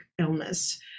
illness